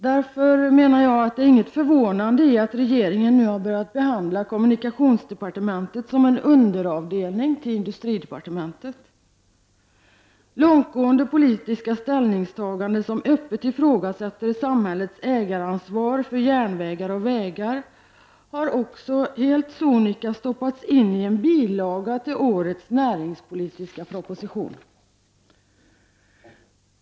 Det är därför inte förvånande att regeringen nu har börjat behandla kommunikationsdepartementet som en underavdelning till industridepartementet. Långtgående politiska ställningstaganden, som öppet ifrågasätter samhällets ägaransvar för järnvägar och vägar, har också helt sonika stoppats in i en bilaga till årets näringspolitiska proposition.